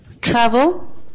travel